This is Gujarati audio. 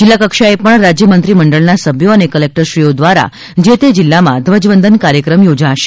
જિલ્લાકક્ષાએ પણ રાજ્યમંત્રી મંડળના સભ્યો ને કલેકટરશ્રીઓ દ્વારા જે તે જીલ્લામાં ધ્વજવંદન કાર્યક્રમ યોજાશે